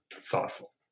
thoughtful